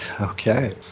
Okay